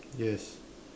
yes